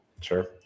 Sure